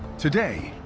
today,